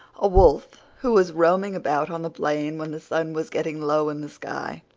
a wolf, who was roaming about on the plain when the sun was getting low in the sky,